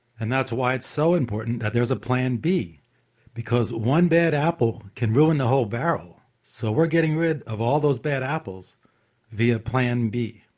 and that's why it's so important that there's a plan b because one bad apple can ruin the whole barrel, so we're getting rid of all those bad apples via plan b.